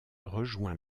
rejoint